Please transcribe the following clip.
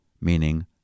meaning